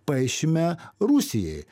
paišime rusijai